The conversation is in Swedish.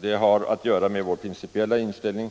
Det har att göra med vår principiella inställning